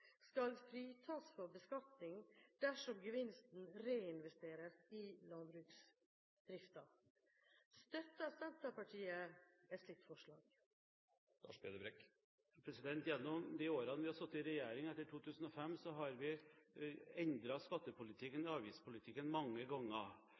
skal fritas fra beskatning dersom gevinsten reinvesteres i landbruksdriften. Støtter Senterpartiet et slikt forslag? Gjennom de årene vi har sittet i regjering, etter 2005, har vi